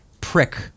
prick